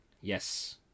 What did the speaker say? Yes